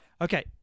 Okay